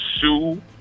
sue